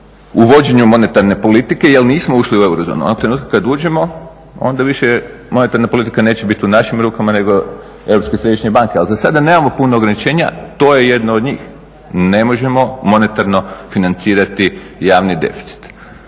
u vođenju monetarne politike jer nismo ušli u eurozonu. Onog trenutka kad uđemo onda više monetarna politika neće biti u našim rukama nego Europske središnje banke, ali zasada nemamo puno ograničenja, to je jedno od njih. Ne možemo monetarno financirati javni deficit.